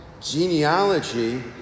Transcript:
genealogy